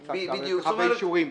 ו --- אישורים.